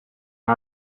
are